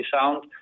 sound